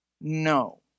No